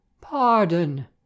Pardon